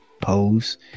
pose